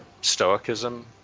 stoicism